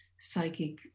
psychic